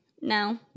No